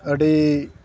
ᱟᱹᱰᱤ